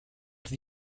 sie